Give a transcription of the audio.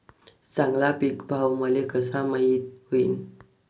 चांगला पीक भाव मले कसा माइत होईन?